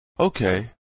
Okay